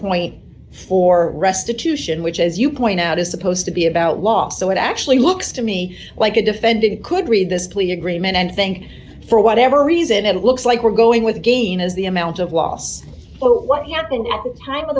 point for restitution which as you point out is supposed to be about law so it actually looks to me like a defendant could read this plea agreement and think for whatever reason it looks like we're going with again as the amount of loss oh what happened at the time of